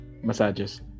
Massages